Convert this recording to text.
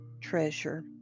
Treasure